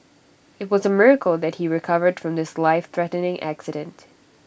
IT was A miracle that he recovered from this lifethreatening accident